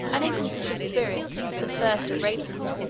an inconstant spirit, the thirst of rapine,